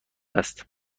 است